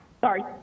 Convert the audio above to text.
sorry